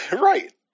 Right